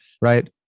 right